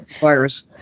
virus